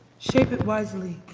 shape it wisely.